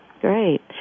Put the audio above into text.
great